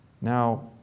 Now